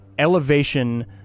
Elevation